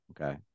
okay